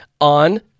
on